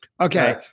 Okay